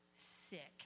sick